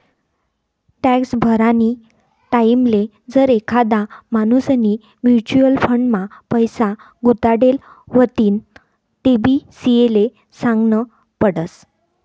tax भरानी टाईमले जर एखादा माणूसनी म्युच्युअल फंड मा पैसा गुताडेल व्हतीन तेबी सी.ए ले सागनं पडस